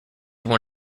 one